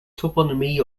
toponymy